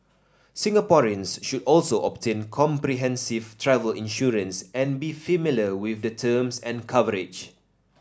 Singaporeans should also obtain comprehensive travel insurance and be familiar with the terms and coverage